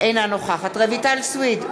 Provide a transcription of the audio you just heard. אינה נוכחת רויטל סויד,